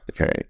okay